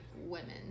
women